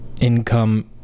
income